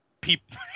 people